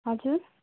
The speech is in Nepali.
हजुर